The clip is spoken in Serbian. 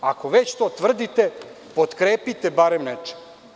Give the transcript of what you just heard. Ako već to tvrdite, potkrepite barem nečim.